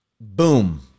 boom